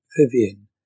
Vivian